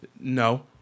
No